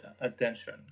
attention